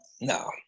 No